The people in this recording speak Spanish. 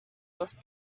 los